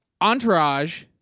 Entourage